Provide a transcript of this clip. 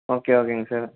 okay ஓகேங்க sir